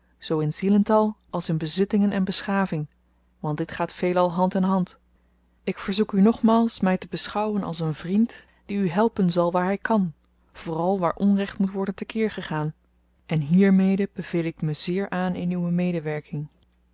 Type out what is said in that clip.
zoo in zielental als in bezittingen en beschaving want dit gaat veelal hand aan hand ik verzoek u nogmaals my te beschouwen als een vriend die u helpen zal waar hy kan vooral waar onrecht moet worden te keer gegaan en hiermede beveel ik my zeer aan in uwe medewerking